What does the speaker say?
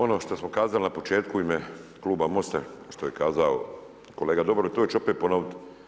Ono što smo kazali na početku u ime Kluba Mosta što je kazao kolega Dobrović, to ću opet ponovit.